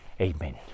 Amen